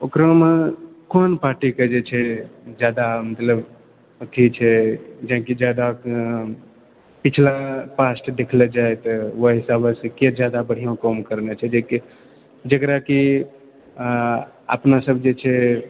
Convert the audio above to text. ओकरामे कोन पार्टीके जे छै जादा मतलब अथी छै जेनाकि जादा पिछला पास्ट देखलो जाए तऽ ओएह हिसाबसँके जादा बढ़िआँ काम करने छै जेकि जेकरा कि अपना सब जे छै